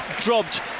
dropped